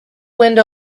wind